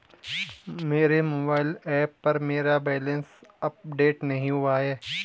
मेरे mobile app पर मेरा बैलेंस अपडेट नहीं हुआ है